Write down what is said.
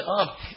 up